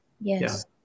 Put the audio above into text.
Yes